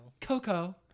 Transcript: Coco